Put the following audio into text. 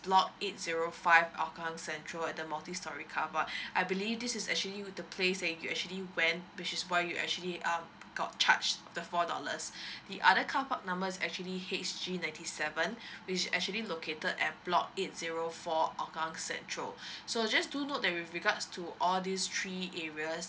block eight zero five hougang central at the multistorey car park I believe this is actually the place that you can actually went which is why you actually um got charged the four dollars the other car park number is actually H_G ninety seven which actually located at block eight zero four hougang central so just do note that with regards to all these three areas